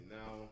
now